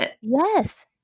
Yes